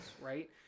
Right